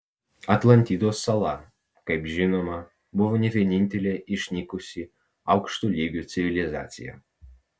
atlantidos sala kaip žinoma buvo ne vienintelė išnykusi aukšto lygio civilizacija